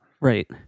Right